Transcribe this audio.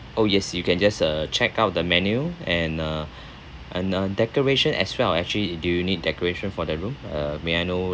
oh yes you can just uh check out the menu and uh and uh decoration as well actually do you need decoration for the room uh may I know